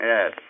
Yes